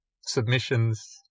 submissions